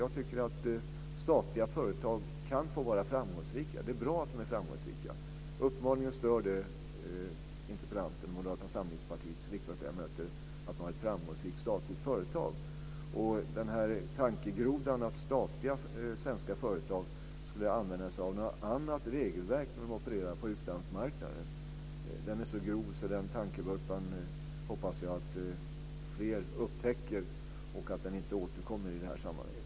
Jag tycker att statliga företag kan få vara framgångsrika. Jag tycker att det är bra att de är framgångsrika. Uppenbarligen stör det interpellanten och Moderata samlingspartiets riksdagsledamöter att man har ett framgångsrikt statligt företag. Tankegrodan att statliga svenska företag skulle använda sig av något annat regelverk när de opererar på utlandsmarknaden är så grov att jag hoppas att fler upptäcker den tankevurpan och att den inte återkommer i det här sammanhanget.